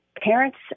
parents